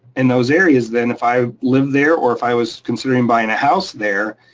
in those areas then, if i lived there or if i was considering buying a house there,